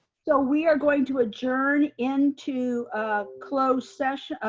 so we are going to adjourn into ah closed session,